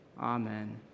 Amen